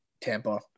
Tampa